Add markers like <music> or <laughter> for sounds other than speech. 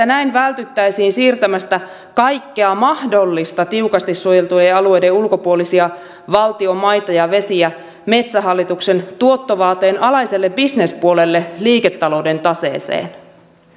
<unintelligible> näin vältyttäisiin siirtämästä kaikkia mahdollisia tiukasti suojeltujen alueiden ulkopuolisia valtion maita ja vesiä metsähallituksen tuottovaateen alaiselle bisnespuolelle liiketalouden taseeseen